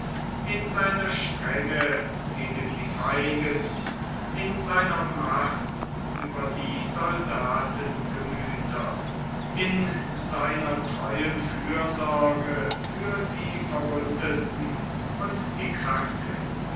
in seiner strenge gegen die feigen in seiner macht über die soldatengemüter in seiner treuen fürsorge für die verwundeten und die kranken